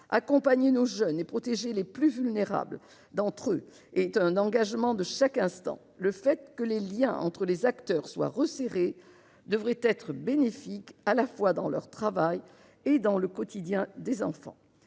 Accompagner nos jeunes et protéger les plus vulnérables d'entre eux est un engagement de chaque instant. Le fait que les liens entre les acteurs soient resserrés devrait être bénéfique à la fois pour leur travail et pour le quotidien des enfants.